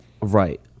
right